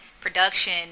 production